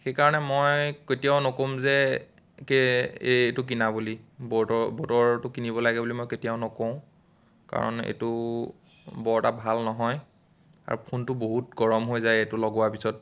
সেকাৰণে মই কেতিয়াও নক'ম যে কে এইটো কিনা বুলি ব'টৰটো কিনিব লাগে বুলি মই কেতিয়াও নকওঁ কাৰণ এইটো বৰ এটা ভাল নহয় আৰু ফোনটো বহুত গৰম হৈ যায় এইটো লগোৱাৰ পিছত